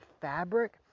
fabric